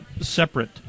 separate